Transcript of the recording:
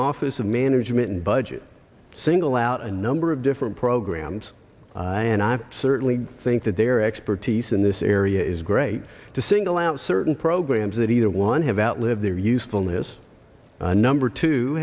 office of management and budget single out a number of different programs and i certainly think that their expertise in this area is great to single out certain programs that either one have outlived their usefulness number two